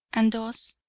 and thus,